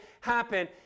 happen